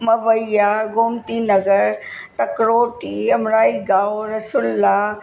मवैया गोमती नगर तकरोही अमराई गांव रसुल्ला